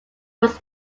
was